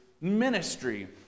ministry